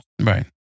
right